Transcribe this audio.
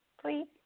Please